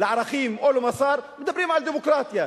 לערכים או למוסר מדברים על דמוקרטיה.